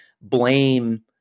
blame